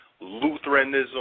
Lutheranism